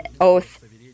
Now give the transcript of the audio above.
oath